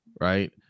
right